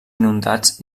inundats